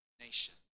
nation